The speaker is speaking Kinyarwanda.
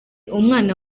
umwana